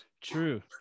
true